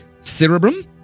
cerebrum